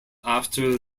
after